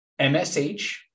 msh